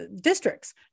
districts